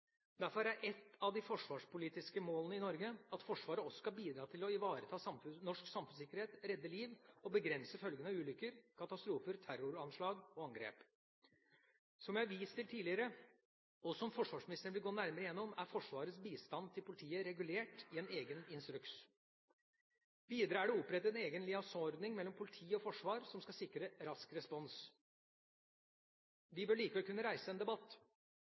Derfor er ett av de forsvarspolitiske målene i Norge at Forsvaret også skal bidra til å ivareta norsk samfunnssikkerhet, redde liv og begrense følgene av ulykker, katastrofer, terroranslag og angrep. Som jeg har vist til tidligere, og som forsvarsministeren vil gå nærmere igjennom, er Forsvarets bistand til politiet regulert i en egen instruks. Videre er det opprettet en egen liaisonordning mellom politi og forsvar som skal sikre rask respons. Vi bør likevel kunne reise en debatt